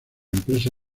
empresa